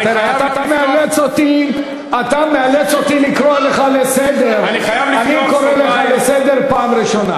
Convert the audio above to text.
אתה מאלץ אותי לקרוא לך לסדר: אני קורא לך לסדר פעם ראשונה.